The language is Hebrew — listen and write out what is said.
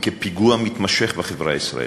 פיגוע מתמשך בחברה הישראלית.